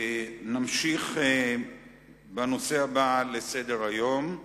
נמשיך בנושא הבא בסדר-היום.